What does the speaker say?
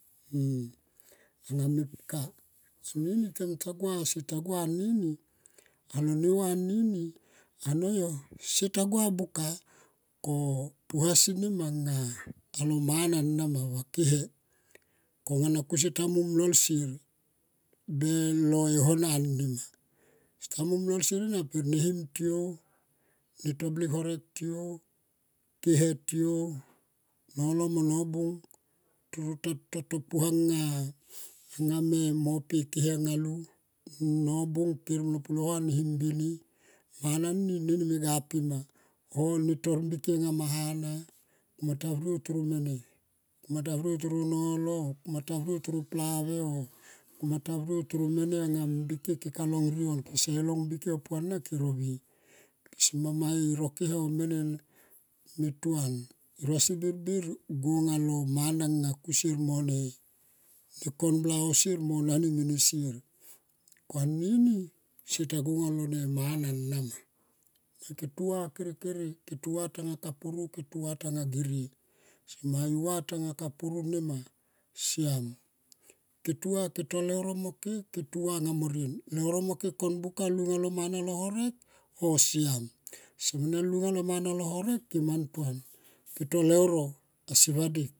Anga mepka anini seta gua nini alo ne va nini anoyo seta gua buka ko puasi nema alo mana nama va kehe konanga seta gua muom lol sier lol e hona nima seta muom lol sier ena be ne him tiou ne toblik horek tiou kehe tiou nolo mo nobung toro ta to puanga mo po kehe anga lu nobung ker molo pulo hung him bini. Nami neni ga pima oh ne tor bike ma hana kuma ta vrio toro mene oh kuma ta vriou toro nolo oh kuma to vrio toro plave oh kuma vrio toro mene nga mbike keka longrie on kese long mbike oh puana kese rovie mamai rokehe oh mene ntuan e rosi birbir go lo mana nga kusie mone kon bla ohsier mo nani mene sier. Ko anini sita gua lo mana nama ke tua kere kere ke tua taka puru ke tua tanga girie. Seme i va tanga kapuru nema siam. Ke tua ke to leuro mo ke ke tuva mo rien. Leuro mo ke kon buka long mana lol horek oh siam. Sene lunga lo horek ke mantuan ke to leuro siva dik.